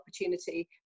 opportunity